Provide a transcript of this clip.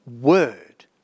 word